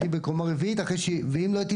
כלומר,